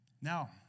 Now